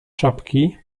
czapki